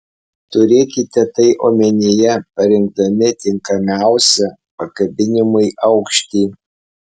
turėkite tai omenyje parinkdami tinkamiausią pakabinimui aukštį